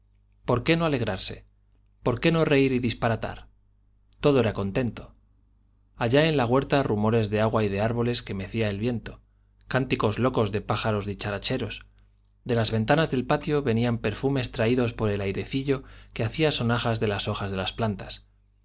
por qué no alegrarse por qué no reír y disparatar todo era contento allá en la huerta rumores de agua y de árboles que mecía el viento cánticos locos de pájaros dicharacheros de las ventanas del patio venían perfumes traídos por el airecillo que hacía sonajas de las hojas de las plantas